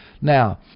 Now